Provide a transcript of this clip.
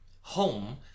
home